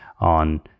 on